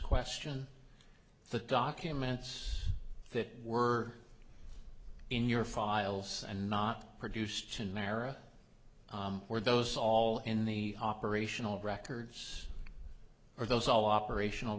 question the documents that were in your files and not produced sonera or those all in the operational records are those all operational